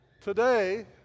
Today